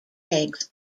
eggs